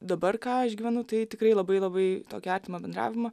dabar ką išgyvenu tai tikrai labai labai tokį artimą bendravimą